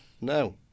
No